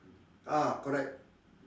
ah correct